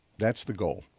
that's the goal.